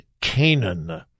Canaan